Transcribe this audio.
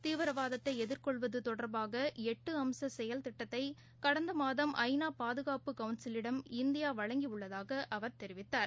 தீவிரவாதத்தைஎதிர்கொள்வத்தொடர்பாகஎட்டுஅம்ச செயல் திட்டத்தைகடந்தமாதம் ஐ நா பாதுகாப்பு கவுன்சிலிடம் இந்தியாவழங்கிஉள்ளதாகஅவர் தெரிவித்தார்